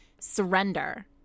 surrender